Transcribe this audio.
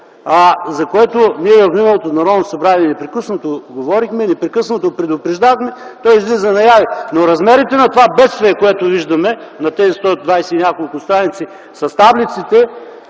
за което ние в миналото Народно събрание непрекъснато говорехме, непрекъснато предупреждавахме, излиза наяве, но размерите на това бедствие, което виждаме на тези 120 и няколко страници с таблиците